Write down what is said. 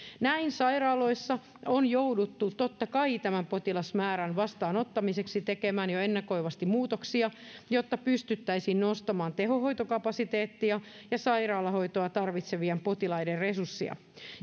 näin sairaaloissa on jouduttu totta kai tämän potilasmäärän vastaanottamiseksi tekemään jo ennakoivasti muutoksia jotta pystyttäisiin nostamaan tehohoitokapasiteettia ja sairaalahoitoa tarvitsevien potilaiden resurssia